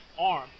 arm